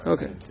Okay